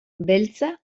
beltza